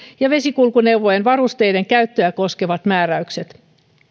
ja vesikulkuneuvojen varusteiden käyttöä koskevat määräykset